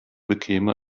bekäme